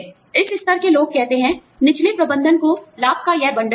इस स्तर के लोग कहते हैं निचले प्रबंधन को लाभ का यह बंडल मिलेगा